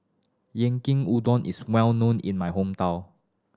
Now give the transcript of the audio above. yankin udon is well known in my hometown